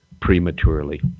prematurely